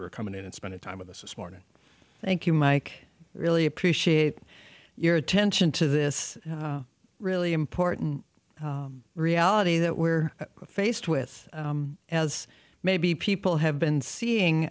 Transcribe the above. for coming in and spending time with us this morning thank you mike really appreciate your attention to this really important reality that we're faced with as maybe people have been seeing